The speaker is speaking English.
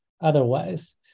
otherwise